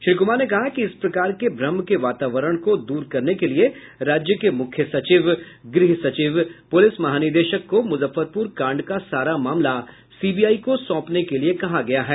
श्री कुमार ने कहा कि इस प्रकार के भ्रम के वातावरण को दूर करने के लिये राज्य के मुख्य सचिव गृह सचिव पुलिस महानिदेशक को मुजफ्फरपुर कांड का सारा मामला सीबीआई को सौंपने को कहा गया है